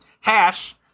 Hash